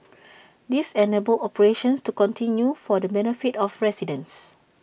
this enabled operations to continue for the benefit of residents